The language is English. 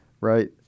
right